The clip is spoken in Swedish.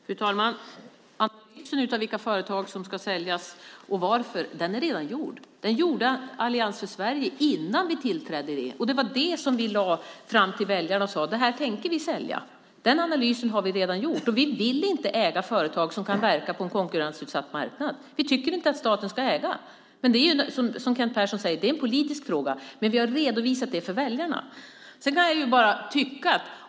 Fru talman! Analysen av vilka företag som ska säljas och varför är redan gjord. Den gjorde Allians för Sverige innan vi tillträdde. Det var det som vi lade fram för väljarna och sade: Det här tänker vi sälja. Den analysen har vi redan gjort. Vi vill inte äga företag som kan verka på en konkurrensutsatt marknad. Vi tycker inte att staten ska äga. Det är, som Kent Persson också säger, en politisk fråga. Men vi har redovisat det för väljarna.